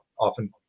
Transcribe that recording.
often